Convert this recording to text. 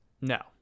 No